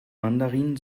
mandarin